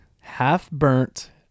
half-burnt